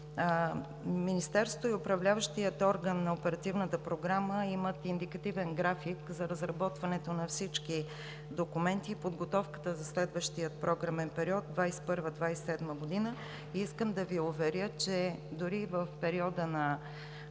Министерството и управляващият орган на Оперативната програма имат индикативен график за разработването на всички документи и подготовката за следващия програмен период 2021 – 2027 г. Искам да Ви уверя, че дори в периода на